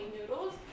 noodles